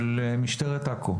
של משטרת עכו,